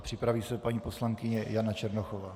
Připraví se paní poslankyně Jana Černochová.